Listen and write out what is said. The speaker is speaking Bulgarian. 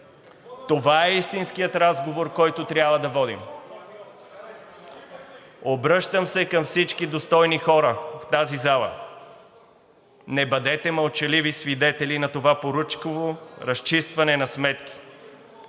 Това е истинският разговор, който трябва да водим. Обръщам се към всички достойни хора в тази зала – не бъдете мълчаливи свидетели на това поръчково разчистване на сметки.